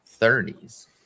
30s